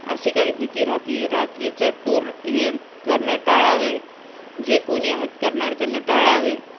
अशी काही भीती राहाते रात्रीचं टूर हे करणं टाळावे जे कोणी आहेत करणारे त्यांनी टाळावे